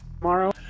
tomorrow